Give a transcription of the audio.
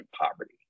poverty